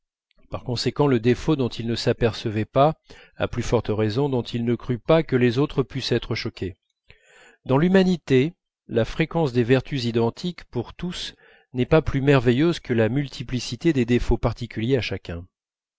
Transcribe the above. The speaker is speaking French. par conséquent le défaut dont il ne s'apercevait pas à plus forte raison dont il ne crût pas que les autres pussent être choqués dans l'humanité la fréquence des vertus identiques pour tous n'est pas plus merveilleuse que la multiplicité des défauts particuliers à chacun